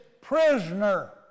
prisoner